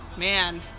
man